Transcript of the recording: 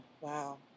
Wow